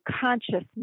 consciousness